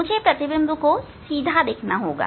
इसलिए मुझे प्रतिबिंब को सीधे देखना होगा